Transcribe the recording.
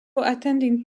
attended